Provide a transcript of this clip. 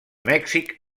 mèxic